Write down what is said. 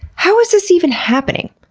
how is this even happening?